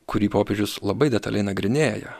kurį popiežius labai detaliai nagrinėja